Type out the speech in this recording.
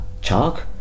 chalk